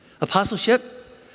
Apostleship